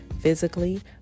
physically